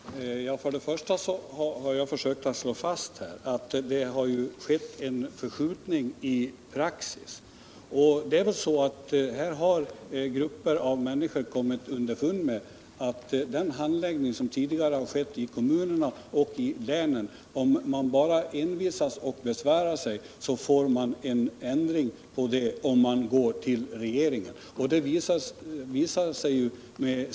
Herr talman! Först och främst har jag försökt slå fast att det har skett en förskjutning i praxis. Grupper av människor har kommit underfund med att om man bara envisas och besvärar sig genom att gå till regeringen så får man en ändring av den handläggning som tidigare skett i kommunerna och länen.